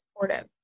supportive